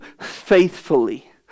faithfully